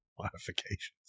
modifications